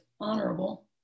honorable